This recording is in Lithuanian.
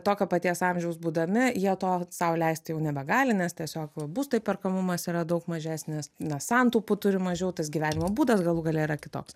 tokio paties amžiaus būdami jie to sau leisti jau nebegali nes tiesiog būsto įperkamumas yra daug mažesnės na santaupų turi mažiau tas gyvenimo būdas galų gale yra kitoks